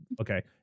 Okay